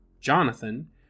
Jonathan